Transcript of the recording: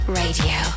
radio